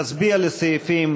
נצביע על סעיפים